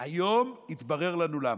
היום התברר לנו למה: